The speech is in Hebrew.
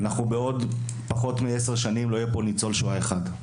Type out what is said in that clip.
בעוד פחות מ-10 שנים לא יהיה כאן ניצול שואה אחד.